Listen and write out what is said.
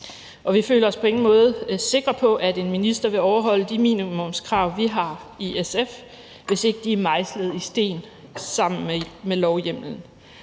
Og vi føler os på ingen måde sikre på, at en minister vil overholde de minimumskrav, vi har i SF, hvis ikke de er mejslet i sten sammen med lovhjemmelen.